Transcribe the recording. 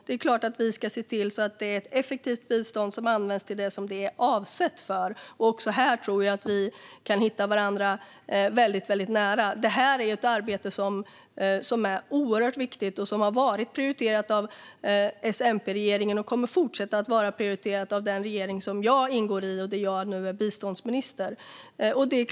Det är klart att vi ska se till att det är ett effektivt bistånd som används till det som det är avsett för. Också här tror jag att vi kan hitta varandra väldigt nära. Det är ett arbete som är oerhört viktigt och som har varit prioriterat av S-MP-regeringen och som kommer att fortsätta att vara prioriterat av den regering som jag ingår i och där jag nu är biståndsminister.